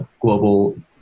global